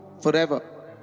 forever